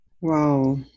Wow